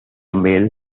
male